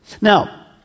Now